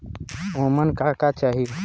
ओमन का का चाही?